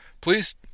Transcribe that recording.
Please